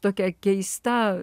tokia keista